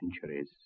centuries